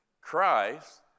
Christ